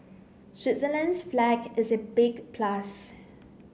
Switzerland's flag is a big plus